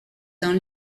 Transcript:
dans